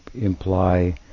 imply